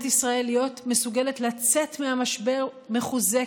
ישראל להיות מסוגלת לצאת מהמשבר מחוזקת,